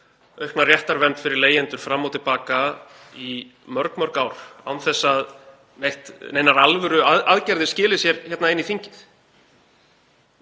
aukna réttarvernd fyrir leigjendur fram og til baka í mörg ár án þess að neinar alvöruaðgerðir skili sér inn í þingið.